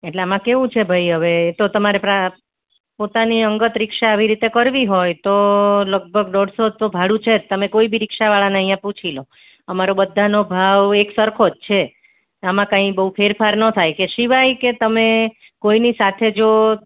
એટલા આમાં કેવું છે ભાઈ હવે તો તમારે પ્રા પોતાની અંગત રિક્ષા આવી રીતે કરવી હોય તો લગભગ દોઢસો તો ભાડું છે જ તમે કોઈપણ રિક્ષાવાળાને અહીંયા પૂછી લો અમારા બધાનો ભાવ એક સરખો જ છે આમાં કંઈ બહુ ફેરફાર ન થાય કે સિવાય કે તમે કોઈની સાથે જો